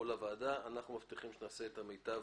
אנחנו מבטיחים שאנחנו נעשה את המיטב